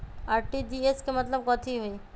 RTGS के मतलब कथी होइ?